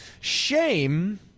Shame